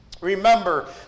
Remember